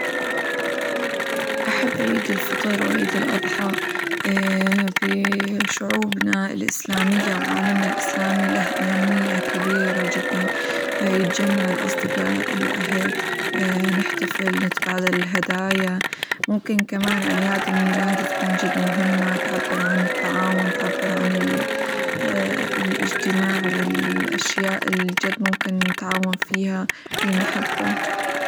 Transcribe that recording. أحب عيد الفطر، وعيد الأظحى -ب- بشعوبنا الإسلامية، وعالمنا الإسلامي له أهمية كبيرة جدًا يتجمع الأصدقاء، الأهل، نحتفل، نتبادل الهدايا، ممكن كمان أعياد الميلاد تكون جد مهمة تعبر عن التعاون، تعبر عن الاجتماع، والأشياء اللي جد ممكن نتعاون فيها، المحبة.